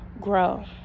grow